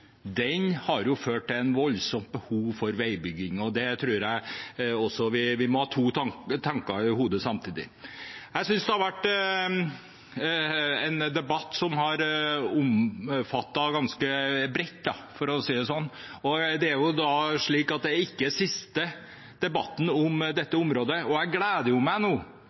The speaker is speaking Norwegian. Den har ført til et voldsomt behov for veibygging, og vi må ha to tanker i hodet samtidig. Jeg synes det har vært en debatt som har favnet ganske bredt, for å si det sånn, og det er jo ikke den siste debatten om dette området. Jeg gleder meg nå,